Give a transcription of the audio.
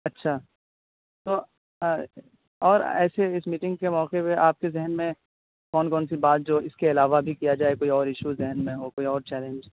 اچھا تو اور ایسے اس میٹنگ کے موقع پہ آپ کے ذہن میں کون کون سی بات جو اس کے علاوہ بھی کیا جائے کوئی اور ایشو ذہن میں ہو کوئی اور چیلنج